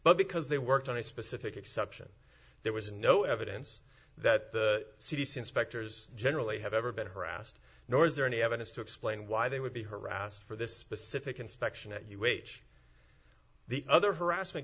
but because they worked on a specific exception there was no evidence that the c d c inspectors generally have ever been harassed nor is there any evidence to explain why they would be harassed for this specific inspection at u h the other harassment